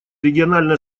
региональное